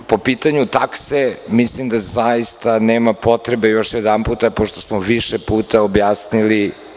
Po pitanju takse mislim da zaista nema potrebe još jedanputa, pošto smo više puta objasnili.